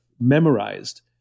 memorized